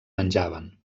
menjaven